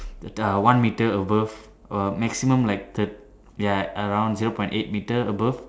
the uh one metre above um maximum like the ya around zero point eight metre above